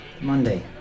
Monday